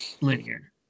linear